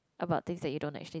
about things you don't actually